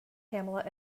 pamela